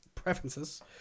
preferences